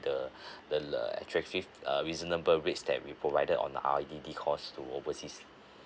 the the attractive uh reasonable rates that we provided on the I_D_D calls to overseas